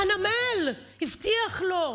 חנמאל הבטיח לו,